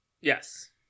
Yes